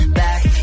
back